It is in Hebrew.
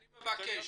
אני מבקש,